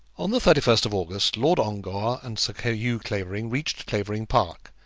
on the thirty first of august lord ongar and sir hugh clavering reached clavering park,